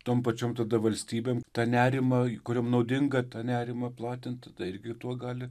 tom pačiom tada valstybėm tą nerimą kuriom naudinga tą nerimą platinti tai irgi tuo gali